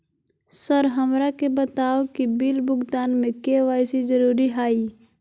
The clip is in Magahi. सर हमरा के बताओ कि बिल भुगतान में के.वाई.सी जरूरी हाई?